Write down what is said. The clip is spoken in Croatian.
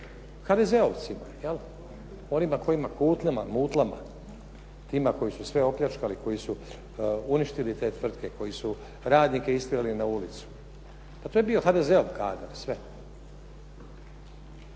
HDZ-ovcima, onima kojima kutlama, mutlama, tima koji su sve opljačkali, koji su uništili te tvrtke, koji su radnike istjerali na ulicu. Pa to je bio HDZ-ov kadar sve.